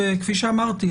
כפי שמאמרתי,